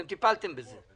אתם טיפלתם בזה.